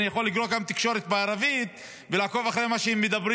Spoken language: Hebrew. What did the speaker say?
אני יכול לקרוא גם תקשורת בערבית ולעקוב אחרי מה שמדברים,